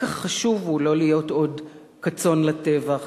לקח חשוב הוא לא להיות עוד כצאן לטבח.